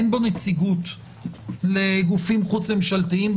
אין בו נציגות לגופים חוץ ממשלתיים,